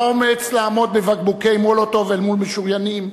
האומץ לעמוד עם בקבוקי מולוטוב אל מול משוריינים,